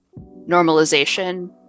normalization